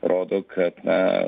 rodo kad na